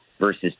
versus